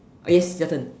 oh yes your turn